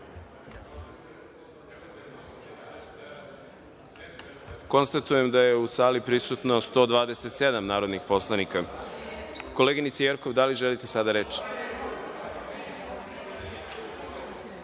prisutni. Konstatujem da je u sali prisutno 127 narodnih poslanika. Koleginice Jerkov, da li želite sada reč?